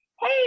Hey